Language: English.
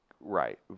Right